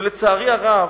לצערי הרב,